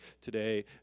today